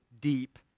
deep